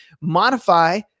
Modify